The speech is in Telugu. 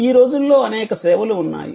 ఈ రోజుల్లో అనేక సేవలు ఉన్నాయి